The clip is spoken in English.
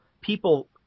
people